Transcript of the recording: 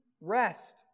rest